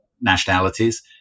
nationalities